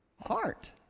heart